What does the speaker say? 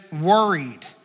worried